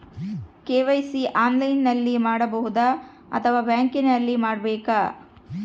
KYC ಆನ್ಲೈನಲ್ಲಿ ಮಾಡಬಹುದಾ ಅಥವಾ ಬ್ಯಾಂಕಿನಲ್ಲಿ ಮಾಡ್ಬೇಕಾ?